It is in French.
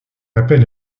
appelle